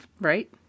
Right